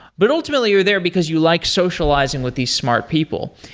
but ultimately you're there because you like socializing with these smart people.